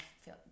feel